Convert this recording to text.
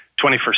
21st